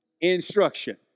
Instruction